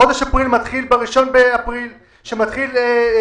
חודש אפריל מתחיל ב-1 באפריל, בפסח.